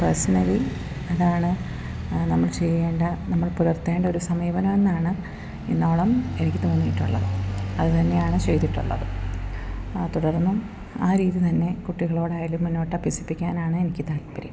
personally അതാണ് നമ്മൾ ചെയ്യേണ്ട നമ്മൾ പുലർത്തേണ്ട ഒരു സമീപനം എന്നാണ് ഇന്നോളം എനിക്ക് തോന്നിയിട്ടുള്ളത് അത് തന്നെയാണ് ചെയ്തിട്ടുള്ളത് തുടർന്നും ആ രീതി തന്നെ കുട്ടികളോടായാലും മുന്നോട്ട് അഭ്യസിപ്പിക്കാനാണ് എനിക്ക് താൽപര്യം